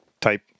type